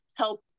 help